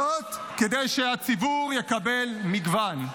זאת כדי שהציבור יקבל מגוון.